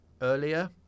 earlier